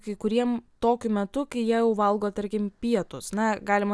kai kuriem tokiu metu kai jie jau valgo tarkim pietus na galima